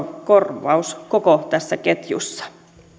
korvaus koko tässä ketjussa